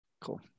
cool